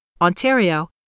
Ontario